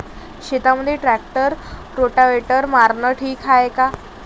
शेतामंदी tractor rotavator मारनं ठीक हाये का?